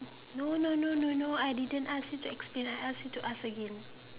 no no no no no I didn't ask you to explain I ask you to ask again